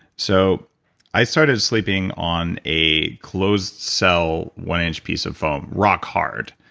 so i started sleeping on a closed cell, one inch piece of foam, rock hard,